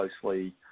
closely